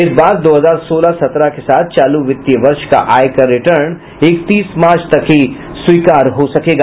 इस बार दो हजार सोलह सत्रह के साथ चालू वित्तीय वर्ष का आयकर रिटर्न इकतीस मार्च तक ही स्वीकार हो सकेगा